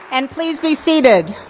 and please be seated.